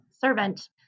servant